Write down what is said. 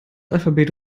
alphabet